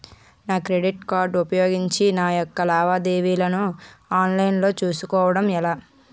నా credit card ఉపయోగించి నా యెక్క లావాదేవీలను ఆన్లైన్ లో చేసుకోవడం ఎలా?